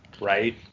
Right